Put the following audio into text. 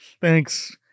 thanks